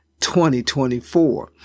2024